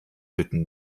bitten